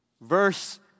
Verse